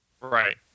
Right